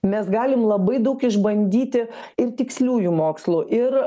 mes galim labai daug išbandyti ir tiksliųjų mokslų ir